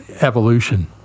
evolution